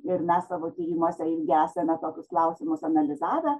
ir mes savo tyrimuose esame tokius klausimus analizavę